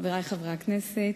חברי חברי הכנסת,